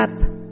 up